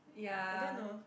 I don't know